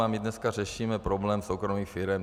A my dneska řešíme problém soukromých firem.